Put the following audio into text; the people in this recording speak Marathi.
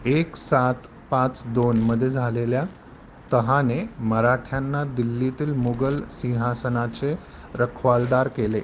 एक सात पाच दोनमध्ये झालेल्या तहाने मराठ्यांना दिल्लीतील मुघल सिंहासनाचे रखवालदार केले